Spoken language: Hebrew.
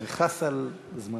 אני חס על זמנך.